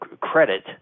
credit